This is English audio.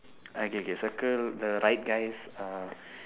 uh K K circle the right guys uh